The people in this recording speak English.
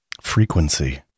frequency